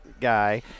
guy